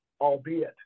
albeit